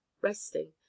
resting